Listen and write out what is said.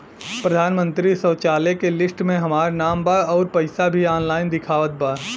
प्रधानमंत्री शौचालय के लिस्ट में हमार नाम बा अउर पैसा भी ऑनलाइन दिखावत बा